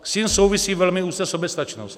S tím souvisí velmi úzce soběstačnost.